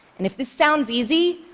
and if this sounds easy,